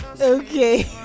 okay